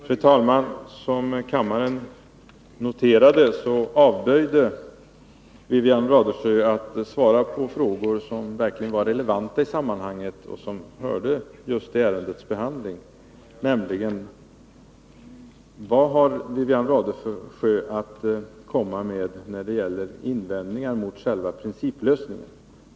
Fru talman! Som kammaren noterade avböjde Wivi-Anne Radesjö att svara på frågor som verkligen var relevanta i sammanhanget och som hör till ärendets behandling. Jag frågade nämligen: Vad har Wivi-Anne Radesjö att komma med för argument när det gäller invändningar mot själva principlösningen?